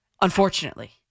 unfortunately